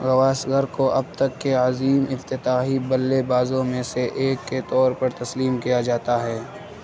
گواسکر کو اب تک کے عظیم افتتاحی بلے بازوں میں سے ایک کے طور پر تسلیم کیا جاتا ہے